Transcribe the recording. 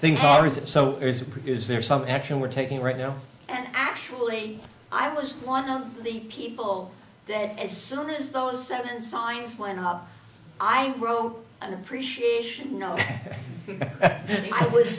things are is it so there's a preview is there some action we're taking right now and actually i was one of the people that as soon as those seven signs went up i wrote an appreciation no i was